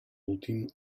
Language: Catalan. últim